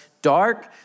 dark